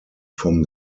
from